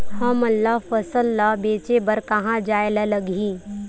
हमन ला फसल ला बेचे बर कहां जाये ला लगही?